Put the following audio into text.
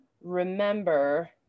remember